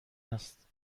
است